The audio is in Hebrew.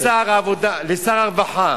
לשר הרווחה